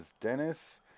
Dennis